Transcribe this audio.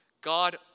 God